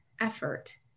effort